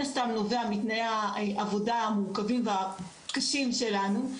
הסתם נובע מתנאי העבודה המורכבים והקשים שלנו.